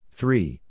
Three